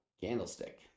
Candlestick